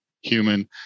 human